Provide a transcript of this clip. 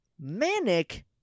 manic